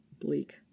bleak